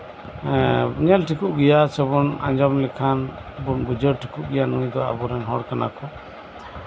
ᱮᱸᱜ ᱧᱮᱞ ᱴᱷᱤᱠᱚᱜ ᱜᱮᱭᱟ ᱥᱮᱵᱚᱱ ᱟᱸᱡᱚᱢ ᱞᱮᱠᱷᱟᱱ ᱵᱚᱱ ᱵᱩᱡᱷᱟᱹᱣ ᱴᱷᱤᱠᱚᱜ ᱜᱮᱭᱟ ᱱᱩᱭ ᱫᱚ ᱟᱵᱚᱨᱮᱱ ᱦᱚᱲ ᱠᱟᱱᱟ ᱠᱩ